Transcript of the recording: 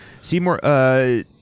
Seymour